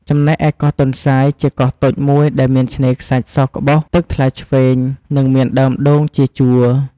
ចំណែកឯកោះទន្សាយ ជាកោះតូចមួយដែលមានឆ្នេរខ្សាច់សក្បុស ទឹកថ្លាឈ្វេង និងមានដើមដូងជាជួរ។